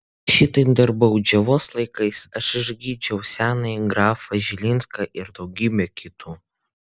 šitaip dar baudžiavos laikais aš išgydžiau senąjį grafą žilinską ir daugybę kitų